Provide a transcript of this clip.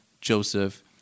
Joseph